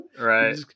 right